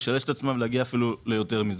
לשלש את עצמה ולהגיע אפילו ליותר מזה.